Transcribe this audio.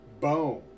boom